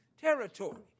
territory